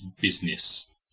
business